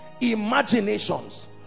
imaginations